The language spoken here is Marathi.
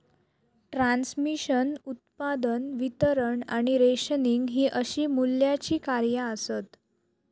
ट्रान्समिशन, उत्पादन, वितरण आणि रेशनिंग हि अशी मूल्याची कार्या आसत